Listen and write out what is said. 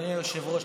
אדוני היושב-ראש,